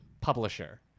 publisher